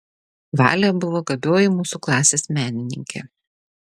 valė buvo gabioji mūsų klasės menininkė